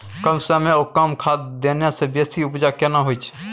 कम समय ओ कम खाद देने से बेसी उपजा केना होय छै?